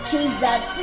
Jesus